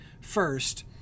first